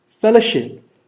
fellowship